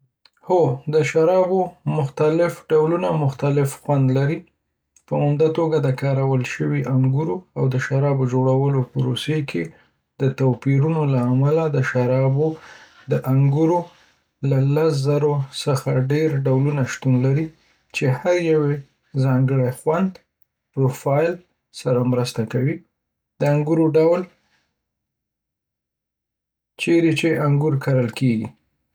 هو، د شرابو مختلف ډولونه مختلف خوند لري، په عمده توګه د کارول شوي انګورو او د شرابو جوړولو پروسې کې د توپیرونو له امله. د شرابو د انګورو لس زرو څخه ډیر ډولونه شتون لري، چې هر یو یې د ځانګړي خوند پروفایل سره مرسته کوي. د انګورو ډول، چیرې چې انګور کرل کیږي